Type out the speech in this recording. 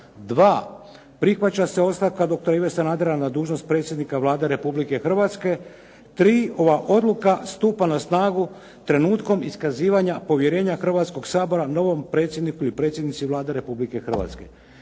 2. Prihvaća se ostavka doktora Ive Sanadera na dužnost predsjednika Vlada Republike Hrvatske. 3. Ova odluka stupa na snagu trenutkom iskazivanja povjerenja Hrvatskog sabora novom predsjedniku ili predsjednici Vlade Republike Hrvatske."